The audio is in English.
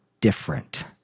different